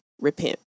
repent